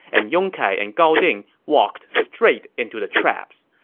and yong kai and gao ding walked straight into the traps.